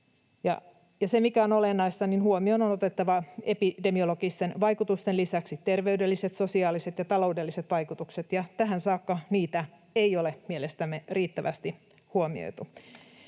se, mikä on olennaista, on se, että huomioon on otettava epidemiologisten vaikutusten lisäksi terveydelliset, sosiaaliset ja taloudelliset vaikutukset, ja tähän saakka niitä ei ole mielestämme riittävästi huomioitu.